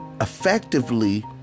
effectively